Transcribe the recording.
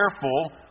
careful